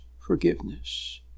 forgiveness